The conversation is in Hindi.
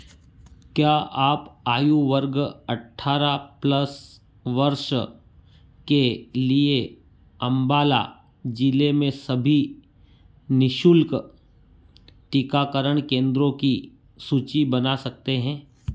क्या आप आयु वर्ग अट्ठारह प्लस वर्ष के लिए अंबाला जिले में सभी निशुल्क टीकाकरण केंद्रो की सूची बना सकते हैं